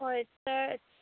ꯍꯣꯏ ꯁꯔ